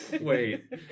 Wait